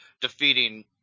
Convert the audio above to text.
defeating